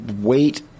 wait